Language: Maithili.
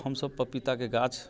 हमसब पपीताके गाछ